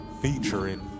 featuring